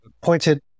pointed